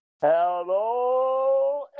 Hello